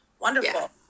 Wonderful